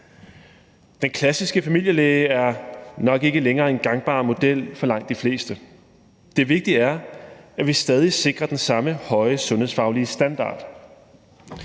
Den klassiske familielæge er nok ikke længere en gangbar model for langt de fleste, men det vigtige er, at vi stadig sikrer den samme høje sundhedsfaglige standard,